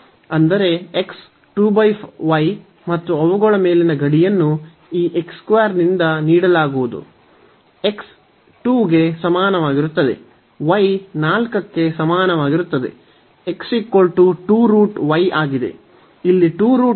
ಅಂದರೆ x 2 y ಮತ್ತು ಅವುಗಳ ಮೇಲಿನ ಗಡಿಯನ್ನು ಈ x 2 ನಿಂದ ನೀಡಲಾಗುವುದು x 2 ಗೆ ಸಮಾನವಾಗಿರುತ್ತದೆ y 4 ಗೆ ಸಮಾನವಾಗಿರುತ್ತದೆ x 2√y ಆಗಿದೆ